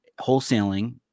wholesaling